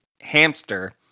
hamster